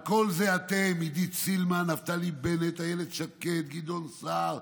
על כל זה אתם, עידית סילמן, נפתלי בנט, גדעון סער,